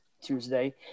Tuesday